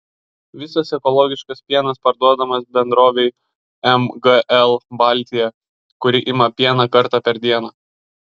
visas ekologiškas pienas parduodamas bendrovei mgl baltija kuri ima pieną kartą per dieną